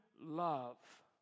love